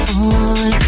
on